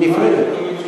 היא נפרדת.